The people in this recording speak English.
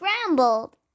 scrambled